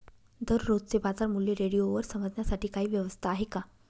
दररोजचे बाजारमूल्य रेडिओवर समजण्यासाठी काही व्यवस्था आहे का?